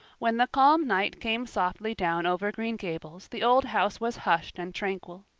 when the calm night came softly down over green gables the old house was hushed and tranquil.